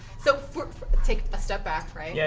so take a step back, right, yeah